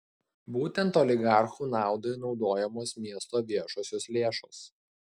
būtent oligarchų naudai naudojamos miesto viešosios lėšos